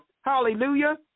hallelujah